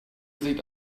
sieht